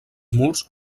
murs